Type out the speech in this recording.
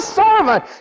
servant